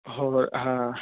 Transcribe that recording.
ਹਾਂ